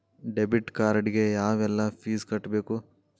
debit card ಗೆ ಯಾವ್ಎಲ್ಲಾ fees ಕಟ್ಬೇಕು